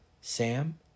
Sam